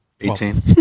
Eighteen